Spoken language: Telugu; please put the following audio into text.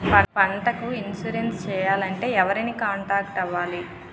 పంటకు ఇన్సురెన్స్ చేయాలంటే ఎవరిని కాంటాక్ట్ అవ్వాలి?